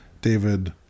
david